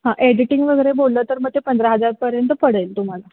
हां एडिटिंग वगैरे बोललं तर मग ते पंधरा हजारपर्यंत पडेल तुम्हाला